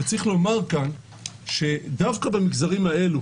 צריך לומר כאן שדווקא במגזרים האלה,